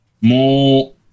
more